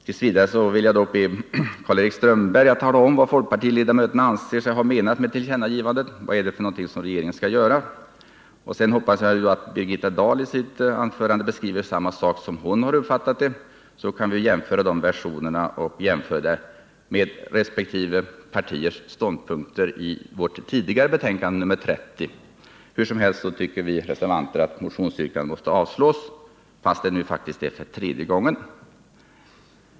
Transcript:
T. v. vill jag dock be Karl-Erik Strömberg att tala om vad folkpartiledamöterna anser sig ha menat med tillkännagivandet — vad är det regeringen skall göra? Jag hoppas att sedan Birgitta Dahl i sitt anförande beskriver samma sak som hon uppfattar dem, så att vi kan bedöma dessa versioner och sedan jämföra dem med resp. partiers ståndpunkter i vårt tidigare betänkande, nr 30. Hur som helst tycker vi reservanter att motionsyrkandena måste avslås — fastän det nu faktiskt är för tredje gången.